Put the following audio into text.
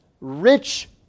rich